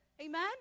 Amen